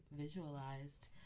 visualized